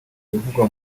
ibivugwa